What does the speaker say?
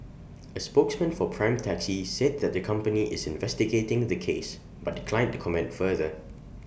A spokesman for prime taxi said that the company is investigating the case but declined to comment further